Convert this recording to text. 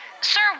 Sir